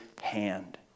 hand